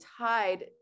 tied